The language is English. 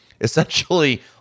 essentially